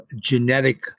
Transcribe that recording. genetic